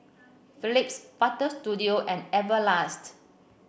Phillips Butter Studio and Everlast